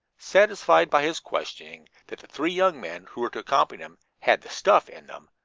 satisfied by his questioning that the three young men who were to accompany him had the stuff in them,